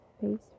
face